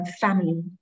family